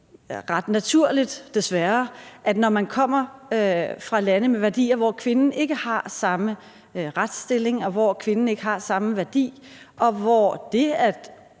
ret naturligt – desværre – at når man kommer fra lande med værdier, hvor kvinden ikke har samme retsstilling, og hvor kvinden ikke har samme værdi, og hvor det at